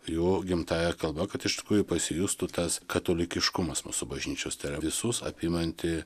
jų gimtąja kalba kad iš tikrųjų pasijustų tas katalikiškumas mūsų bažnyčios tai yra visus apimanti